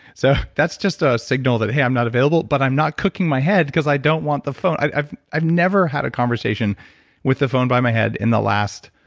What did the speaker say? so that's just a signal that, hey, i'm not available. but i'm not cooking my head because i don't want the phone, i've i've never had a conversation with the phone by my head in the last,